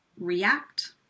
react